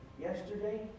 Yesterday